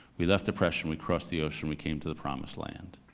we left oppression, we cross the ocean, we came to the promised land.